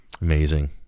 Amazing